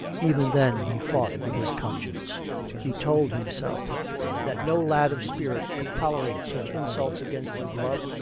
even then he fought with his conscience he told himself that no lad of spirit could tolerate such insults against his love,